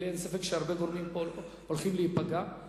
ולי אין ספק שהרבה גורמים פה הולכים להיפגע,